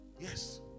Yes